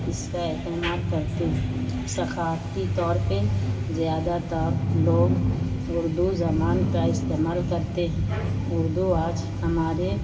اس کا اہتعمال کرتے ہیں ثقافتی طور پہ زیادہ تور لوگ اردو زبان کا استعمال کرتے ہیں اردو آج ہمارے